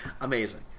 Amazing